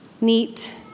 neat